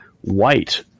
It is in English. white